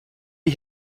wie